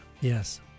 Yes